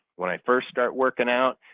when i first start working out,